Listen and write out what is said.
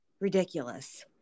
ridiculous